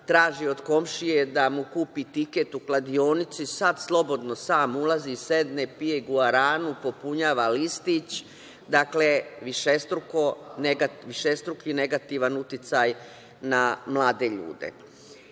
traži od komšije da mu kupi tiket u kladionici, sad slobodno sam ulazi i sedne, pije guaranu, popunjava listić, dakle, višestruki negativan uticaj na mlade ljude. Ono